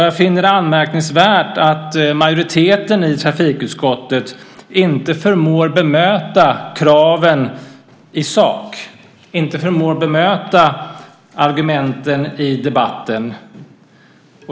Jag finner det anmärkningsvärt att majoriteten i trafikutskottet inte förmår bemöta kraven i sak, inte förmår bemöta argumenten i debatten.